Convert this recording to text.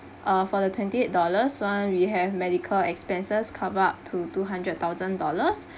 uh for the twenty eight dollars one we have medical expenses cover up to two hundred thousand dollars